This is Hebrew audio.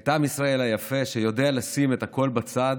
את עם ישראל היפה, שיודע לשים את הכול בצד